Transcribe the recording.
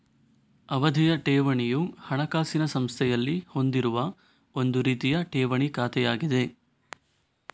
ಅವಧಿಯ ಠೇವಣಿಯು ಹಣಕಾಸಿನ ಸಂಸ್ಥೆಯಲ್ಲಿ ಹೊಂದಿರುವ ಒಂದು ರೀತಿಯ ಠೇವಣಿ ಖಾತೆಯಾಗಿದೆ